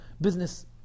business